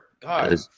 God